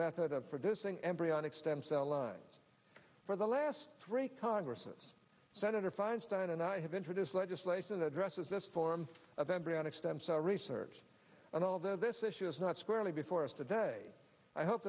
method of producing embryonic stem cell lines for the last three congresses senator feinstein and i have introduced legislation that addresses this form of embryonic stem cell research and although this issue is not squarely before us